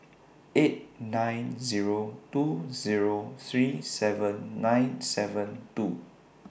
eight nine Zero two Zero three seven nine seven two